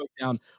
down